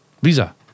Visa